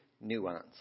nuance